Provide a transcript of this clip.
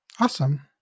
Awesome